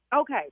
Okay